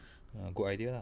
ah good idea lah